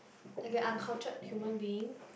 like an uncultured human being